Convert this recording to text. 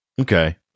Okay